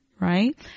right